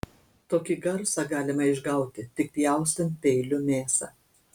tokį garsą galima išgauti tik pjaustant peiliu mėsą